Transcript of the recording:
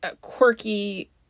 quirky